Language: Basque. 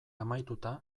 amaituta